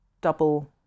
double